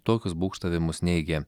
tokius būgštavimus neigė